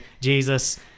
Jesus